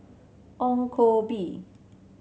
Ong Koh Bee